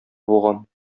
булган